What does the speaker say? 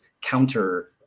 counter